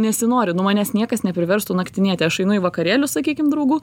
nesinori nu manęs niekas nepriverstų naktinėti aš einu į vakarėlius sakykim draugų